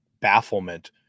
bafflement